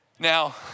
Now